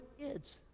kids